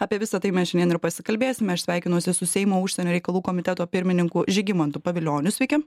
apie visa tai mes šiandien ir pasikalbėsime aš sveikinuosi su seimo užsienio reikalų komiteto pirmininku žygimantu pavilioniu sveiki